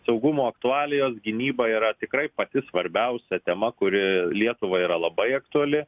saugumo aktualijos gynyba yra tikrai pati svarbiausia tema kuri lietuvai yra labai aktuali